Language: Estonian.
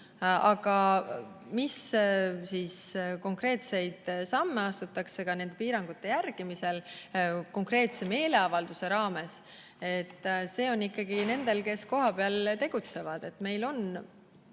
Aga mis konkreetseid samme astutakse ka nende piirangute järgimise jaoks konkreetse meeleavalduse raames, see on ikkagi nende [otsus], kes kohapeal tegutsevad. Meil on